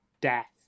death